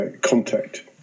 contact